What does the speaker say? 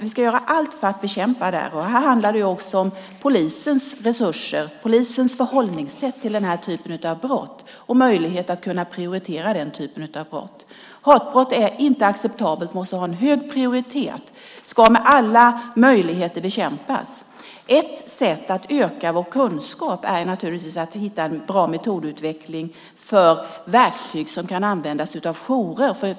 Vi ska göra allt för att bekämpa hatbrott. Här handlar det också om polisens resurser, förhållningssätt och möjlighet att kunna prioritera denna typ av brott. Hatbrott är inte acceptabelt. De måste ha hög prioritet och ska bekämpas med alla medel. Ett sätt att öka vår kunskap är att hitta en bra metodutveckling för verktyg som kan användas av jourer.